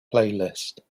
playlist